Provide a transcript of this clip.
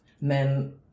men